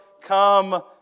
come